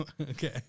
okay